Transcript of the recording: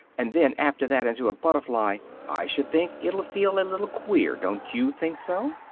and then after that into a butterfly, i should think it'll feel a little queer, don't you think so?